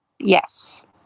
Yes